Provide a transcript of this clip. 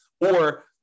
Or-